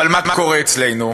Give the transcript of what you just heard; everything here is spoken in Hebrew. אבל מה קורה אצלנו?